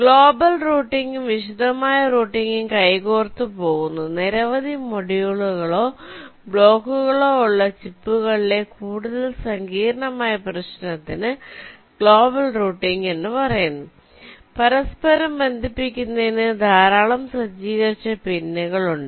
global റൂട്ടിംഗും വിശദമായ റൂട്ടിംഗും കൈകോർത്തുപോകുന്നു നിരവധി മൊഡ്യൂളുകളോ ബ്ലോക്കുകളോ ഉള്ള ചിപ്പുകളിലെ കൂടുതൽ സങ്കീർണമായ പ്രശ്നത്തിന് ഗ്ലോബൽ റൂട്ടിംഗ് പറയുന്നു പരസ്പരം ബന്ധിപ്പിക്കുന്നതിന് ധാരാളം സജ്ജീകരിച്ച പിൻകൾ ഉണ്ട്